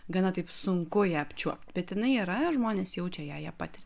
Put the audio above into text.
gana taip sunku ją apčiuopt bet jinai yra žmonės jaučia ją ją patiria